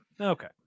Okay